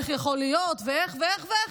איך יכול להיות ואיך ואיך ואיך,